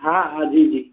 हाँ हाँ जी जी